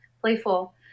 Playful